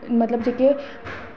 मतलब जेह्के